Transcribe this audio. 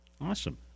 Awesome